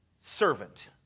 servant